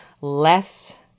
less